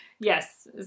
Yes